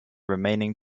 remaining